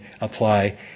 apply